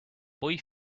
boy